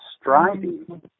striving